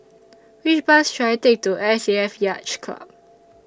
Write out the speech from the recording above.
Which Bus should I Take to S A F Yacht Club